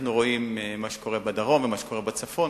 אנחנו רואים מה שקורה בדרום ומה שקורה בצפון,